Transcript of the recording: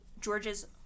George's